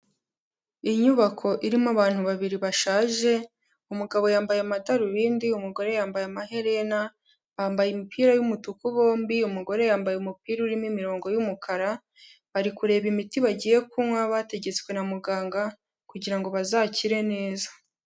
Inyubako irimo abantu babiri bashaje, umugabo yambaye amadarubindi, umugore yambaye amaherena, bambaye imipira y'umutuku bombi, umugore yambaye umupira urimo imirongo y'umukara, bari kureba imiti bagiye kunywa bategetswe na muganga kugira ngo bazakire neza.